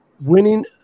winning